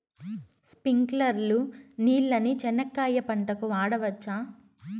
స్ప్రింక్లర్లు నీళ్ళని చెనక్కాయ పంట కు వాడవచ్చా?